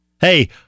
Hey